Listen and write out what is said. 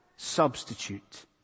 substitute